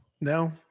no